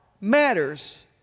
matters